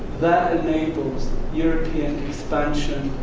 that enables european expansion